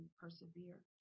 persevere